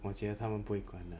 我觉得他们不会管的